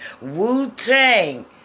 Wu-Tang